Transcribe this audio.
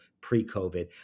pre-COVID